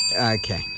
Okay